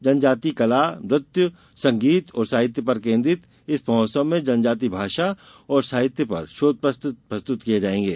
जनजाति कला नृत्य संगीत और साहित्य पर केन्द्रित इस महोत्सव में जनजाति भाषा और साहित्य पर शोधपत्र प्रस्तुत किये जायेंगे